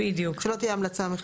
שלא תהיה המלצה.